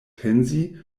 pensi